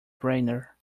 brainer